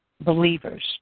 believers